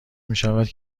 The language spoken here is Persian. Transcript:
میشود